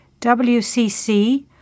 WCC